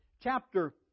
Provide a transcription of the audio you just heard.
chapter